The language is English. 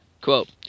quote